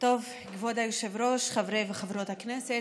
כבוד היושב-ראש, חברי וחברות הכנסת,